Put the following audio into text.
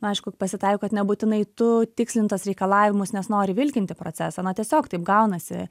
aišku pasitaiko kad nebūtinai tu tikslini tuos reikalavimus nes nori vilkinti procesą na tiesiog taip gaunasi